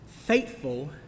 faithful